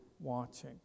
Watching